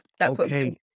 Okay